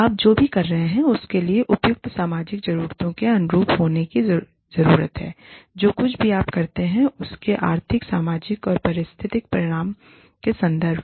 आप जो भी कर रहे हैं उसके लिए उपयुक्त सामाजिक ज़रूरतों के अनुरूप होने की जरूरत है जो कुछ भी आप करते हैं उसके आर्थिक सामाजिक और पारिस्थितिक परिणामों के संदर्भ में